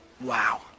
Wow